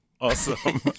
Awesome